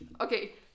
okay